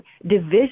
Division